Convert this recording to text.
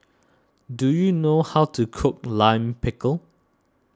do you know how to cook Lime Pickle